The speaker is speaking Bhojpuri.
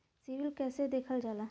सिविल कैसे देखल जाला?